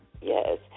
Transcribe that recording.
Yes